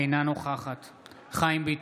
אינה נוכחת חיים ביטון,